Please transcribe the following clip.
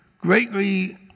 greatly